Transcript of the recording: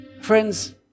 friends